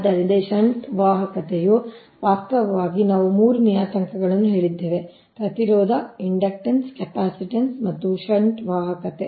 ಆದ್ದರಿಂದ ಈ ಷಂಟ್ ವಾಹಕತೆಯು ವಾಸ್ತವವಾಗಿ ನಾವು ಮೂರು ನಿಯತಾಂಕಗಳನ್ನು ಹೇಳಿದ್ದೇವೆ ಪ್ರತಿರೋಧ ಇಂಡಕ್ಟನ್ಸ್ ಕೆಪಾಸಿಟನ್ಸ್ ಮತ್ತು ಷಂಟ್ ವಾಹಕತೆ